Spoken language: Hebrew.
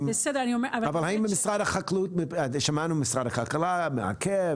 אבל שמענו שמשרד הכלכלה מעכב,